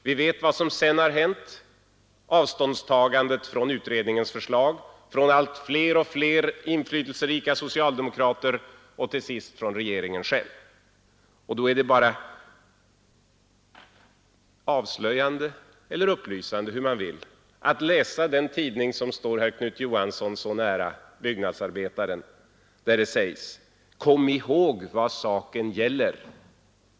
Vi vet också vad som sedan har hänt — det avståndstagande från utredningens förslag som allt fler inflytelserika socialdemokrater och till sist regeringen själv har gjort. Då är det avslöjande eller upplysande — hur man vill — att läsa den tidning som står Knut Johansson så nära, Byggnadsarbetaren, där det sägs: ”Kom ihåg målet med AP-satsningen.